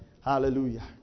Hallelujah